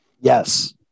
Yes